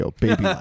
Baby